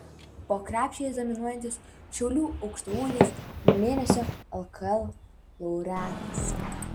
po krepšiais dominuojantis šiaulių aukštaūgis mėnesio lkl laureatas